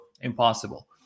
impossible